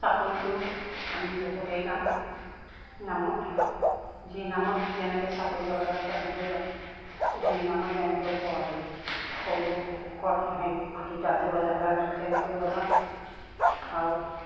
চাপৰিটো আমি জোখতেই গাওঁ নামত যি নামত যেনেকৈ চাপৰি বজাব লাগে তেনেকৈ যাওঁ যি নামত যেনেকৈ হেৰি সৰু ঘৰত হেৰি খুঁটিতালযোৰ বজাব লাগে আমি তেনেকৈ বজাওঁ আৰু